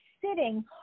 sitting